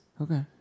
Okay